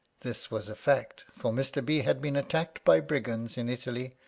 this was a fact, for mr. b. had been attacked by brigands in italy,